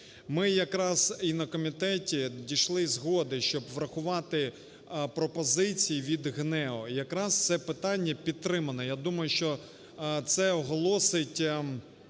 Ми якраз і на комітеті дійшли згоди, щоб врахувати пропозиції від ГНЕУ. Якраз це питання підтримано, я думаю, що це оголосить